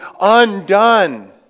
undone